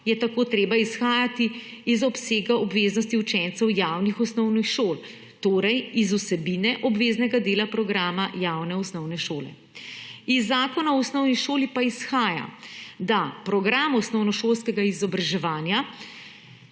je tako treba izhajati iz obsega obveznosti učencev javnih osnovnih šol, torej iz vsebine obveznega dela programa javne osnovne šole. Iz Zakona o osnovni šoli pa izhaja, da program osnovnošolskega izobraževanja